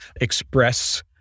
express